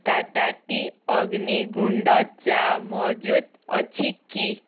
Tata tea Agni ଗୁଣ୍ଡ ଚା ମହଜୁଦ ଅଛି କି